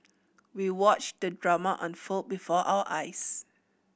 we watched the drama unfold before our eyes